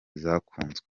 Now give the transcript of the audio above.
zakunzwe